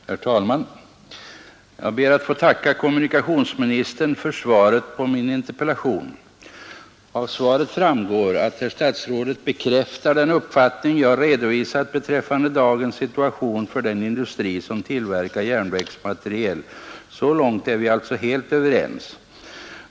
Herr talman! Jag ber att få tacka kommunikationsministern för svaret på min interpellation. Av svaret framgår att herr statsrådet bekräftar den uppfattning jag redovisat beträffande dagens situation för den industri som tillverkar järnvägsmateriel. Så långt är vi alltså helt överens.